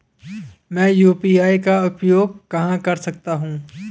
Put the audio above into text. मैं यू.पी.आई का उपयोग कहां कर सकता हूं?